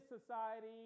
society